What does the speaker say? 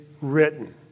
written